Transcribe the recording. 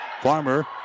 Farmer